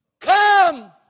come